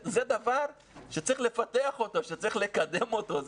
זה דבר שצריך לפתח אותו, שצריך לקדם אותו.